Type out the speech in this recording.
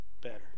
better